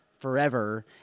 forever